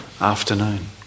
afternoon